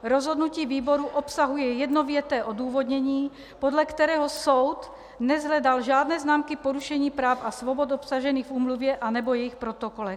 Rozhodnutí výboru obsahuje jednověté odůvodnění, podle kterého soud neshledal žádné známky porušení práv a svobod obsažených v úmluvě anebo jejích protokolech.